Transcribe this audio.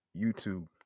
YouTube